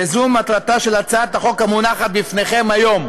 וזו מטרתה של הצעת החוק המונחת בפניכם היום.